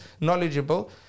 knowledgeable